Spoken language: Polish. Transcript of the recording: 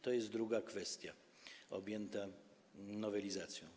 To jest druga kwestia objęta nowelizacją.